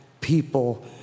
people